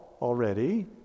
already